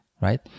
right